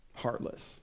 heartless